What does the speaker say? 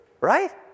right